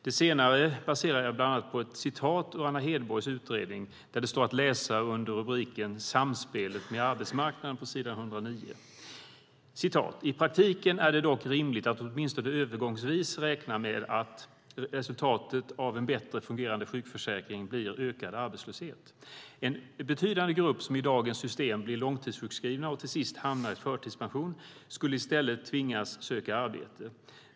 Det senare baserar jag bland annat på ett citat ur Anna Hedborgs utredning där följande står att läsa under rubriken Samspelet med arbetsmarknaden på s. 109: "I praktiken är det dock rimligt att åtminstone övergångsvis räkna med att resultatet av en bättre fungerande sjukförsäkring blir ökad arbetslöshet. En betydande grupp som i dagens system blir långtidssjukskrivna och till sist hamnar i förtidspension skulle i stället tvingas söka arbete.